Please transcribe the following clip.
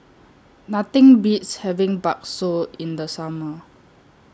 Nothing Beats having Bakso in The Summer